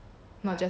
not just ours